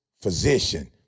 physician